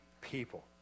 people